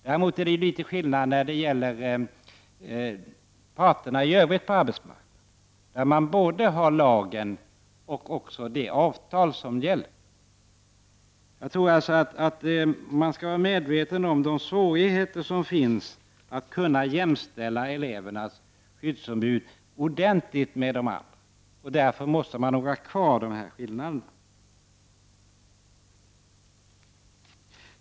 Däremot är det litet skillnad när det gäller parterna i övrigt på arbetsmarknaden, där man både har lagen och gällande avtal. Jag tror alltså att man skall vara medveten om de svårigheter som finns när det gäller att kunna jämställa elevernas skyddsombud ordentligt med de andra. Därför måste man nog ha kvar dessa skillnader.